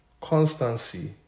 constancy